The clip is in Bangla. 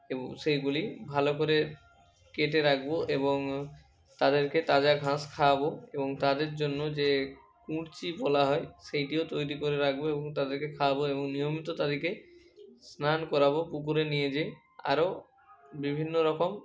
এবং সেইগুলি ভালো করে কেটে রাখবো এবং তাদেরকে তাজা ঘাস খাওয়াবো এবং তাদের জন্য যে কূর্চি বলা হয় সেইটিও তৈরি করে রাখবো এবং তাদেরকে খাওয়াবো এবং নিয়মিত তাদেরকে স্নান করাবো পুকুরে নিয়ে যেয়ে আরো বিভিন্ন রকম